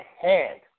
hand